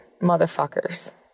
motherfuckers